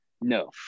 No